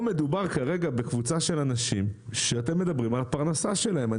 פה מדובר כרגע בקבוצה של אנשים שאתם מדברים על הפרנסה שלהם.